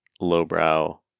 lowbrow